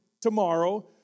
tomorrow